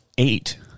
eight